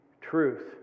truth